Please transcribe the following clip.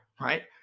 right